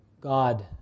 God